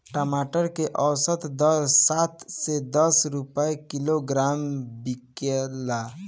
टमाटर के औसत दर सात से दस रुपया किलोग्राम बिकला?